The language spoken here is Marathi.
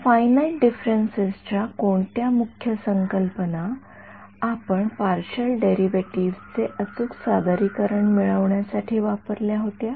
फायनाईट डीफ्रन्सेस च्या कोणत्या मुख्य संकल्पना आपण पार्शिअल डेरिव्हेटिव्ह्जचे अचूक सादरीकरण मिळवण्यासाठी वापरल्या होत्या